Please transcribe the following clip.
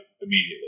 immediately